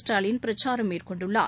ஸ்டாலின் பிரச்சாரம் மேற்கொண்டுள்ளார்